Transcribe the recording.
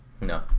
No